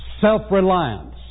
self-reliance